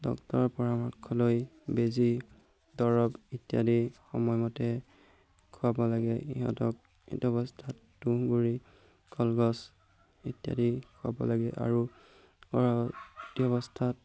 ডক্তৰৰ পৰামৰ্শ লৈ বেজী দৰৱ ইত্যাদি সময়মতে খুৱাব লাগে ইহঁতক এইটো অৱস্থাত তুঁহগুড়ি কলগছ ইত্যাদি খুৱাব লাগে আৰু গৰ্ভৱতী অৱস্থাত